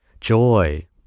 joy